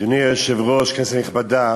אדוני היושב-ראש, כנסת נכבדה,